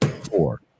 four